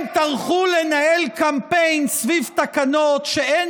הם טרחו לנהל קמפיין סביב תקנות שאין